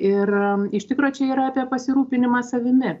ir iš tikro čia yra apie pasirūpinimą savimi